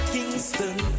Kingston